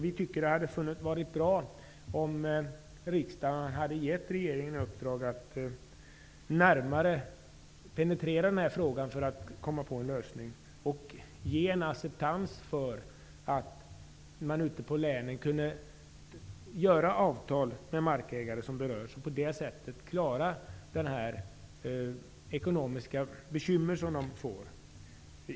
Vi tycker att det hade varit bra om riksdagen hade gett regeringen i uppdrag att närmare penetrera den här frågan för att komma fram till en lösning. Man skulle i länen ha kunnat ges möjlighet att ingå avtal med markägare som berörs, och på det sättet lösa de ekonomiska bekymmer som markägarna får.